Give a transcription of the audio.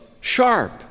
sharp